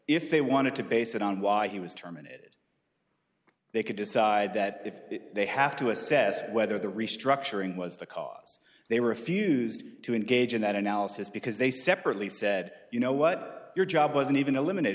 if they wanted to base it on why he was terminated they could decide that if they have to assess whether the restructuring was the cause they refused to engage in that analysis because they separately said you know what your job wasn't even eliminated